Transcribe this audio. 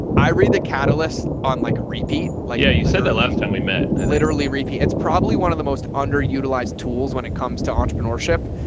i read the catalyst on like a repeat, like yeah so the last time we met, i literally repeat, it's probably one of the most underutilized tools when it comes to entrepreneurship,